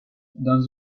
dans